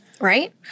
Right